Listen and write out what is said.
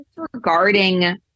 disregarding